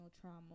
trauma